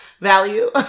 value